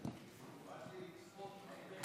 באתי לצפות בכם.